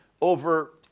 over